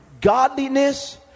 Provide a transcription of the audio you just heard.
godliness